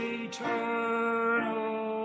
eternal